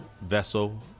vessel